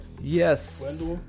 Yes